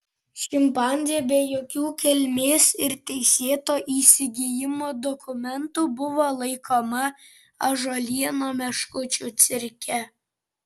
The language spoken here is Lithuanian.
šimpanzė be jokių kilmės ir teisėto įsigijimo dokumentų buvo laikoma ąžuolyno meškučių cirke